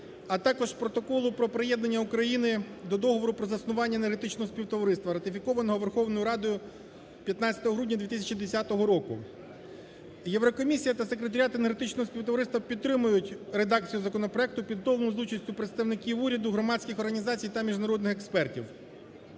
а також Протоколу про приєднання України до Договору про заснування Енергетичного Співтовариства, ратифікованого Верховною Радою 15 грудня 2010 року. Єврокомісія та Секретаріат Енергетичного Співтовариства підтримують редакцію законопроекту, підготовлену за участю представників уряду, громадських організацій та міжнародних експертів.